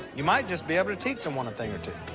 you might just be able to teach someone a thing or two.